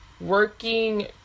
working